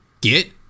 Get